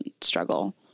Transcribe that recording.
struggle